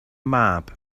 mab